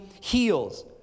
heals